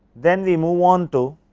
then we move on to